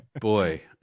boy